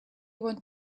want